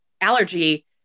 allergy